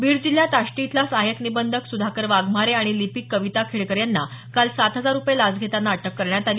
बीड जिल्ह्यात आष्टी इथला सहाय्यक निबंधक सुधाकर वाघमारे आणि लिपीक कविता खेडकर यांना काल सात हजार रुपये लाच घेताना अटक करण्यात आली